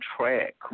track